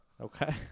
Okay